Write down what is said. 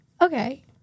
Okay